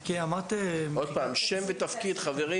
אני